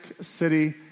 City